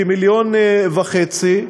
כ-1.5 מיליון,